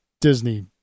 Disney